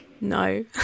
no